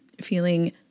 feeling